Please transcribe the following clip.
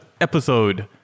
episode